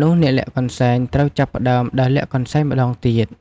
នោះអ្នកលាក់កន្សែងត្រូវចាប់ផ្តើមដើរលាក់កន្សែងម្តងទៀត។